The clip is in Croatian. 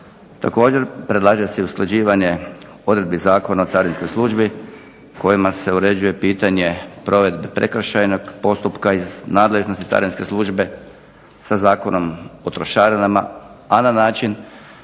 Također, predlaže se i usklađivanje odredbi Zakona o carinskoj službi kojima se uređuje pitanje provedbe prekršajnog postupka iz nadležnosti Carinske službe sa Zakonom o trošarinama, a na način